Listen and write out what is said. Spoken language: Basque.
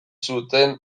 zuten